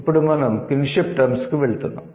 ఇప్పుడు మనం 'kinship terms' కు వెళ్తున్నాము